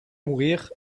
mourir